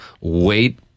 wait